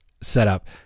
setup